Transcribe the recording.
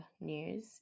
news